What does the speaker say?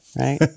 Right